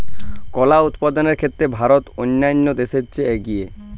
কলা উৎপাদনের ক্ষেত্রে ভারত অন্যান্য দেশের চেয়ে এগিয়ে